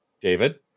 David